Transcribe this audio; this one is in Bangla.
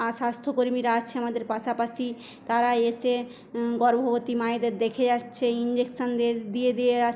স্বাস্থ্য কর্মীরা আছে আমাদের পাশাপাশি তারা এসে গর্ভবতী মায়েদের দেখে যাচ্ছে ইঞ্জেকশন দিয়ে দিয়ে যাচ্ছে